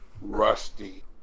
rusty